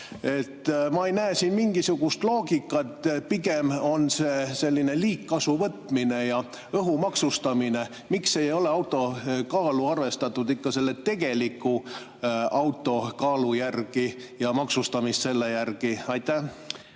Ma ei näe siin mingisugust loogikat, pigem on see liigkasuvõtmine ja õhu maksustamine. Miks ei ole auto kaalu arvestatud ikka auto tegeliku kaalu järgi ja maksustamist selle järgi? Aitäh!